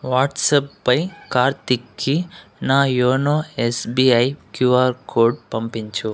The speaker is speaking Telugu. వాట్సాప్పై కార్తీక్కి నా యోనో ఎస్బీఐ క్యూఆర్ కోడ్ పంపించు